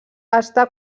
està